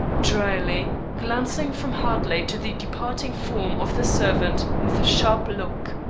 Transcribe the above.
dryly, glancing from hartley to the departing form of the servant, with a sharp look.